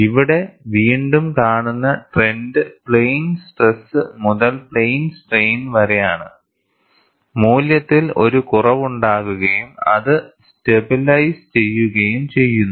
ഇവിടെ വീണ്ടും കാണുന്ന ട്രെൻഡ് പ്ലെയിൻ സ്ട്രെസ് മുതൽ പ്ലെയിൻ സ്ട്രെയിൻ വരെയാണ് മൂല്യത്തിൽ ഒരു കുറവുണ്ടാകുകയും അത് സ്റ്റെബിലൈസ് ചെയ്യുകയും ചെയ്യുന്നു